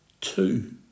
two